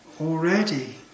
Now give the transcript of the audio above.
already